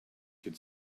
could